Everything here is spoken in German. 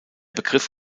begriff